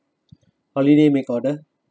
holiday make order